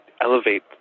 elevate